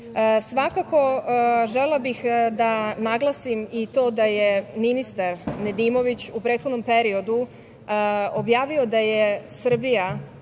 bore. Svakako, želela bih da naglasim i to da je ministar Nedimović u prethodnom periodu objavio da je Srbija,